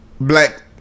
Black